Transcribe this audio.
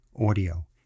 audio